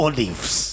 Olives